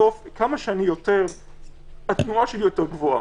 כמה שהתנועה שלי יותר גבוהה,